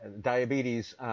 diabetes